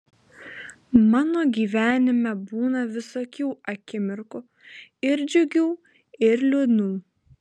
mano gyvenime būna visokių akimirkų ir džiugių ir liūdnų